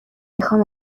میخام